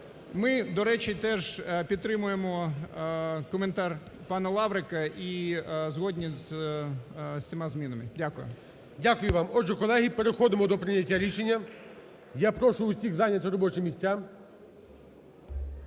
Ми, до речі, теж підтримуємо коментар пана Лаврика і згодні з всіма змінами. Дякую. ГОЛОВУЮЧИЙ. Дякую вам. Отже, колеги, переходимо до прийняття рішення. Я прошу всіх зайняти робочі місця.